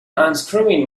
unscrewing